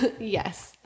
Yes